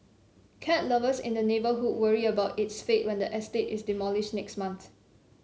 cat lovers in the neighbourhood worry about its fate when the estate is demolished next month